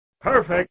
Perfect